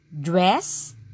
dress